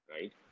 right